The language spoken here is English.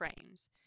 frames